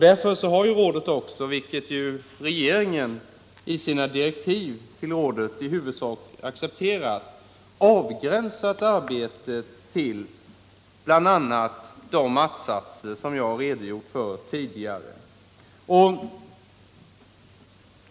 Därför har rådet också, vilket regeringen i sina direktiv i huvudsak accepterat, avgränsat arbetet till bl.a. de att-satser som jag redogjort för tidigare.